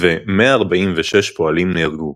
ו-146 פועלים נהרגו.